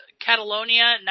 Catalonia